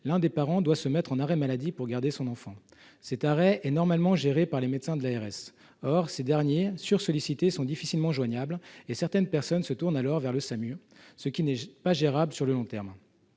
l'un des parents doit se mettre en arrêt maladie pour garder son enfant. Cet arrêt est normalement géré par les médecins de l'ARS. Or ces derniers, sur-sollicités, sont difficilement joignables. Certaines personnes se tournent alors vers le SAMU, ce qui n'est pas gérable sur le long terme.